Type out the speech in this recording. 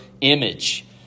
image